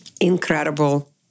incredible